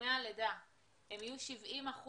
דמי הלידה הם יהיו 70%